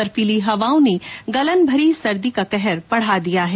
बर्फीली हवाओं ने गलन भरी सर्दी का कहर बढ़ा दिया है